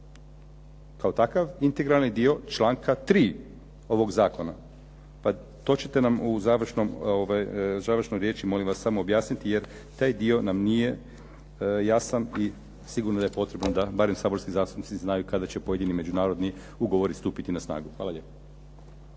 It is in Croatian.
kao takav integralni dio članka 3. ovog zakona. Pa to ćete nam u završnoj riječi molim vas samo objasniti, jer taj dio nam nije jasan i sigurno da je potrebno da barem saborski zastupnici znaju kada će pojedini međunarodni ugovori stupiti na snagu. Hvala lijepo.